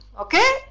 Okay